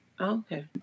Okay